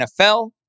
NFL